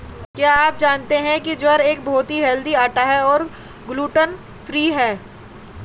क्या आप जानते है ज्वार एक बहुत ही हेल्दी आटा है और ग्लूटन फ्री है?